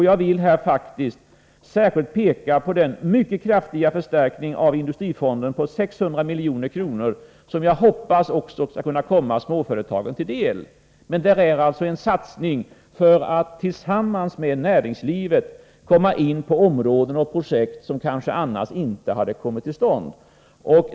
Jag vill här faktiskt särskilt peka på den mycket kraftiga förstärkning av industrifonden på 600 milj.kr. som jag hoppas också skall kunna komma småföretagen till del. Det här är alltså en satsning för att tillsammans med näringslivet komma in på områden och projekt som kanske inte annars hade varit möjliga.